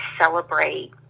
celebrate